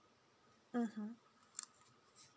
mmhmm